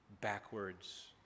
backwards